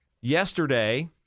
yesterday